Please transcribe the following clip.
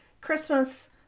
Christmas